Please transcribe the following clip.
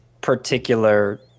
particular